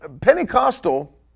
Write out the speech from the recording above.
Pentecostal